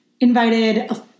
invited